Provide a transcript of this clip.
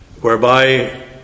whereby